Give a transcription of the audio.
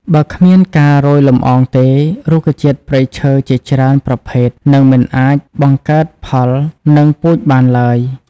បើគ្មានការរោយលំអងទេ រុក្ខជាតិព្រៃឈើជាច្រើនប្រភេទនឹងមិនអាចបង្កើតផល និងពូជបានឡើយ។